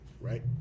right